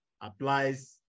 applies